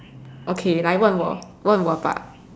okay 来问我问我吧